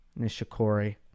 Nishikori